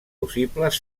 possibles